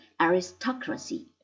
aristocracy